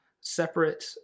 separate